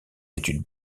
études